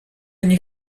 они